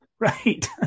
Right